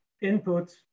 input